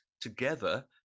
together